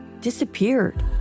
disappeared